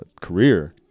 career